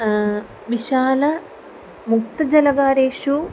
विशाल मुक्तजलागारेषु